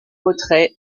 retrait